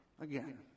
again